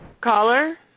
caller